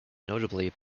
notably